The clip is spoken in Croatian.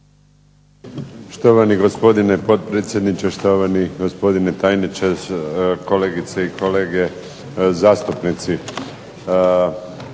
Poštovani gospodine potpredsjedniče, poštovani državni tajnice, kolegice i kolege zastupnici.